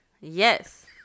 Yes